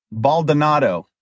Baldonado